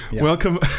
Welcome